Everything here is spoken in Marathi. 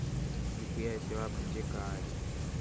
यू.पी.आय सेवा म्हणजे काय?